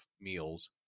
meals